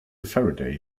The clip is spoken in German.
faraday